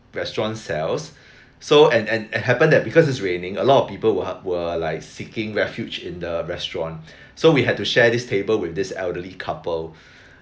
restaurant sells so and and and happened that because it's raining a lot of people were were like seeking refuge in the restaurant so we had to share this table with this elderly couple